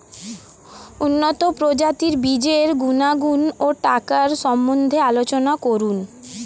উন্নত প্রজাতির বীজের গুণাগুণ ও টাকার সম্বন্ধে আলোচনা করুন